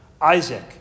Isaac